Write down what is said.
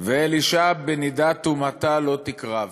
"ואל אִשה בנִדת טֻמאתה לא תקרב".